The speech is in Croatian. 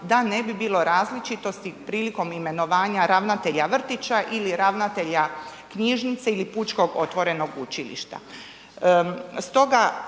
da ne bi bilo različitosti prilikom imenovanja ravnatelja vrtića ili ravnatelja knjižnice ili pučkog otvorenog učilišta.